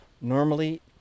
normally